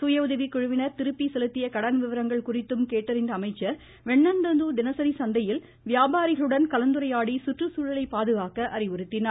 சுயஉதவி குழுவினர் திருப்பி செலுத்திய கடன் விவரங்கள் குறித்தும் கேட்டறிந்த அமைச்சர் வெண்ணந்தூர் தினசரி சந்தையில் வியாபாரிகளுடன் கலந்துரையாடி சுற்றுச்சூழலை பாதுகாக்க அறிவுறுத்தினார்